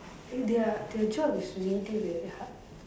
eh their their job is really very hard